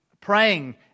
praying